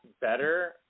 better